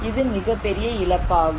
இது மிகப்பெரிய இழப்பாகும்